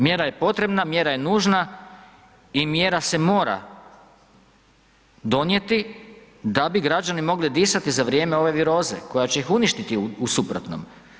Mjera je potrebna, mjera je nužna i mjera se mora donijeti da bi građani mogli disati za vrijeme ove viroze koja će ih uništiti u suprotnom.